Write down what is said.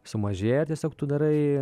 sumažėja tiesiog tu darai